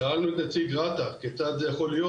שאלנו את נציג רת"א כיצד זה יכול להיות?